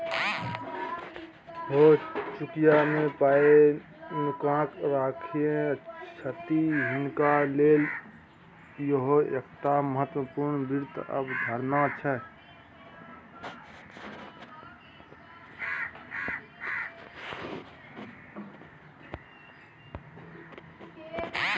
ओ चुकिया मे पाय नुकाकेँ राखय छथि हिनका लेल इहो एकटा महत्वपूर्ण वित्त अवधारणा छै